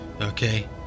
okay